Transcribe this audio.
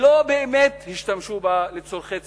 ולא באמת השתמשו בה לצורכי ציבור,